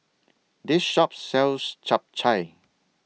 This Shop sells Chap Chai